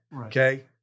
okay